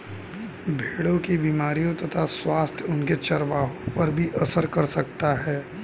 भेड़ों की बीमारियों तथा स्वास्थ्य उनके चरवाहों पर भी असर कर सकता है